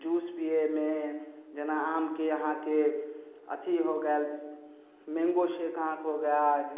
juice पीयेमे जेना आमके अहाँके अथी हो गेल मैंगो सेक अहाँके हो गेल